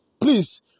please